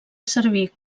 servir